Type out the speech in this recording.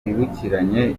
twibukiranye